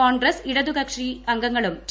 കോൺഗ്രസ് ഇടതുകക്ഷി അംഗങ്ങളും ടി